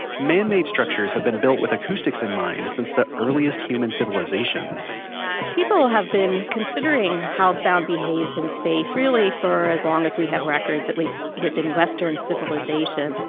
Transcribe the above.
man-made structures have been built with acoustics in mind since the earliest human civilizations people have been considering how sound behaves in space really for as long as we have records, at least within western civilization.